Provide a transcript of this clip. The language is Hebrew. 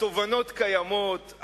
התובנות קיימות,